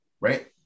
Right